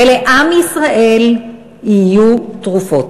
ולעם ישראל יהיו תרופות.